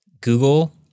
Google